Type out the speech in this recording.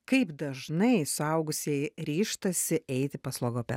kaip dažnai suaugusieji ryžtasi eiti pas logopedą